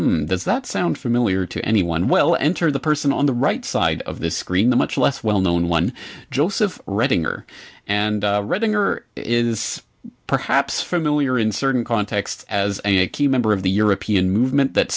does that sound familiar to anyone well enter the person on the right side of the screen the much less well known one joseph reading or and reading or is perhaps familiar in certain contexts as a key member of a european movement that